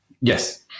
Yes